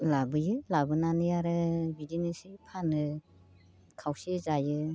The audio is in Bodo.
लाबोयो लाबोनानै आरो बिदिनो एसे फानो खावसे जायो